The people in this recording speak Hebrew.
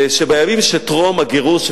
שבימים של טרום הגירוש והעקירה,